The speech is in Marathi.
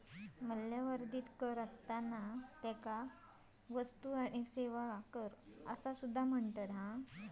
मूल्यवर्धित कर, ज्याका वस्तू आणि सेवा कर असा सुद्धा म्हणतत